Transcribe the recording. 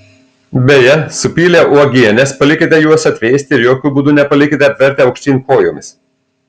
beje supylę uogienes palikite juos atvėsti ir jokiu būdu nepalikite apvertę aukštyn kojomis